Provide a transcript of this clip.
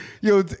yo